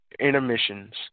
intermissions